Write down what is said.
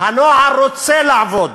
הנוער רוצה לעבוד,